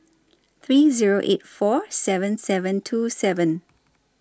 three Zero eight four seven seven two seven